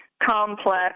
Complex